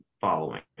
following